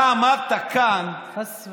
אתה אמרת כאן, חס וחלילה.